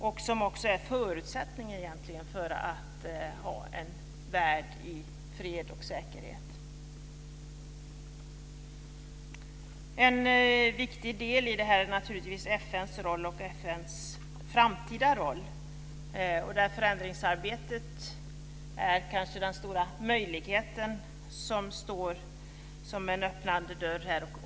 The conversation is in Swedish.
Det är egentligen också förutsättningen för en värld i fred och säkerhet. En viktig del i det här är naturligtvis FN:s roll och FN:s framtida roll, där förändringsarbetet kanske är den stora möjlighet som står som en öppen dörr.